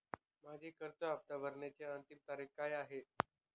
माझी कर्ज हफ्ता भरण्याची अंतिम तारीख काय आहे?